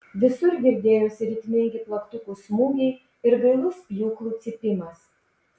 visur girdėjosi ritmingi plaktukų smūgiai ir gailus pjūklų cypimas